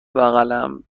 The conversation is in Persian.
بغلم